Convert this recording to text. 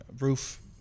roof